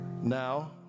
Now